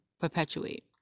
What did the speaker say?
perpetuate